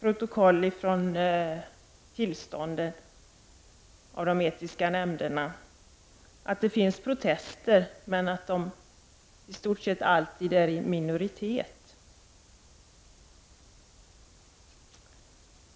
Protokoll från de etiska nämnderna visar att det förekommer protester, men de som protesterar är nästan alltid i minoritet.